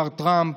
מר טראמפ,